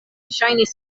ŝajnis